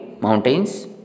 mountains